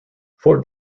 fort